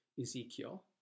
Ezekiel